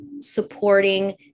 supporting